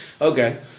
Okay